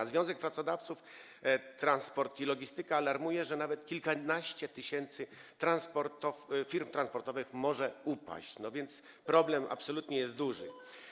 A Związek Pracodawców Transport i Logistyka alarmuje, że nawet kilkanaście tysięcy firm transportowych może upaść, więc problem absolutnie jest duży.